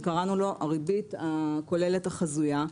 שקראנו לו "הריבית הכוללת החזויה",